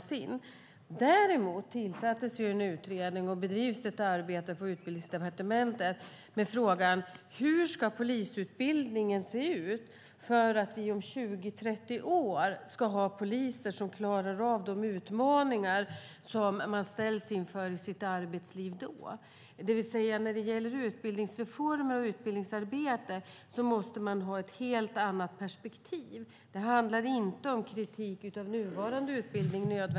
Däremot tillsattes en utredning och bedrivs ett arbete på Utbildningsdepartementet med frågan: Hur ska polisutbildningen se ut för att vi om 20-30 år ska ha poliser som klarar av de utmaningar som de då ställs inför i sitt arbetsliv? När det gäller utbildningsreformer och utbildningsarbete måste man ha ett helt annat perspektiv. Det handlar inte nödvändigtvis om kritik av nuvarande utbildning.